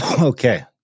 Okay